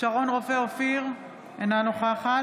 שרון רופא אופיר, אינה נוכחת